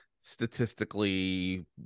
statistically